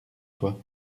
toi